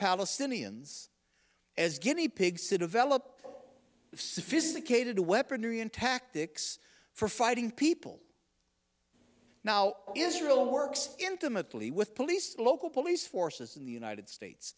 palestinians as guinea pigs to develop sophisticated weaponry and tactics for fighting people now israel works intimately with police local police forces in the united states